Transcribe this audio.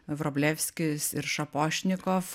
vroblevskis ir šapošnikof